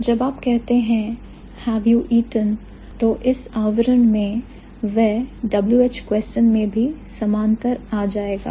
जब आप कहते हैं have you eaten आवरण में वह Wh question में भी समांतर आ जाएगा